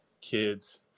kids